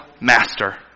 master